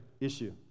issue